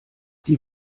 die